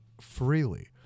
freely